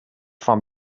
from